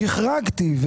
החרגתי.